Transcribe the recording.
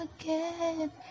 again